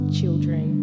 children